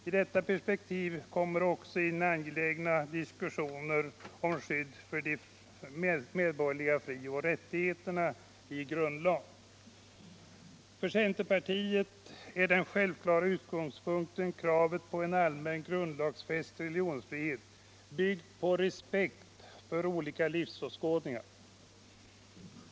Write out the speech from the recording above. I detta perspektiv kommer också in den angelägna diskussionen om skydd för de medborgerliga frioch rättigheterna i grundlag. För centerpartiet är den självklara utgångspunkten kravet på en allmän grundlagsfäst religionsfrihet, byggd på respekt för olika livsåskådningar.